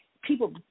People